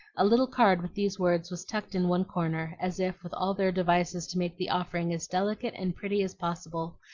a little card with these words was tucked in one corner, as if, with all their devices to make the offering as delicate and pretty as possible,